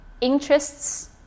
interests